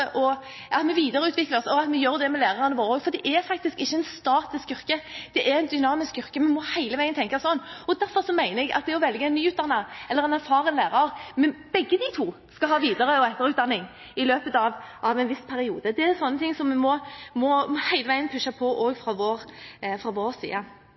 oss, og at lærerne våre gjør det også. For det er faktisk ikke et statisk yrke, det er et dynamisk yrke. Vi må hele veien tenke sånn. Derfor mener jeg at om en velger en nyutdannet eller en erfaren lærer, skal begge to ha videre- og etterutdanning i løpet av en viss periode. Det er sånne ting vi hele veien må pushe på også fra vår side.